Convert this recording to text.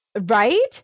Right